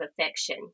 affection